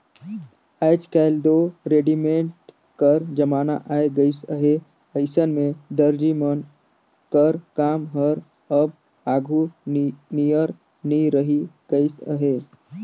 आएज काएल दो रेडीमेड कर जमाना आए गइस अहे अइसन में दरजी मन कर काम हर अब आघु नियर नी रहि गइस अहे